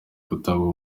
gutabwa